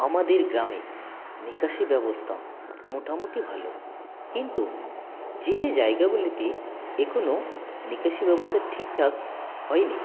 আমাদের গ্রামে নিকাশি ব্যবস্থা মোটামুটি ভালো কিন্তু যে যে জায়গাগুলিতে এখোনও নিকাশি ব্যবস্থা ঠিকঠাক হয় নি